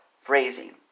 phrasing